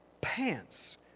pants